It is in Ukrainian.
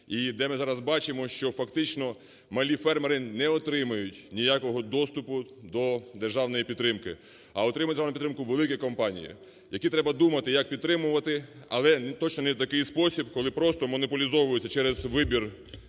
і де ми зараз бачимо, що фактично малі фермери не отримують ніякого доступу до державної підтримки, а отримують державну підтримку великі компанії, яким треба думати, як підтримувати, але точно не в такий спосіб, коли просто монополізовуються через вибір